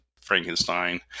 frankenstein